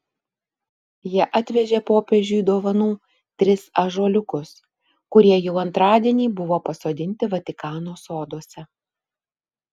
jie atvežė popiežiui dovanų tris ąžuoliukus kurie jau antradienį buvo pasodinti vatikano soduose